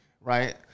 Right